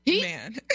man